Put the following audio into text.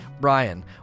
Brian